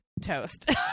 toast